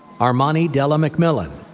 armani della mcmillan.